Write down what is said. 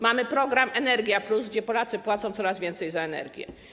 Mamy program energia+, bo Polacy płacą coraz więcej za energię.